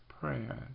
prayer